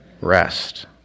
Rest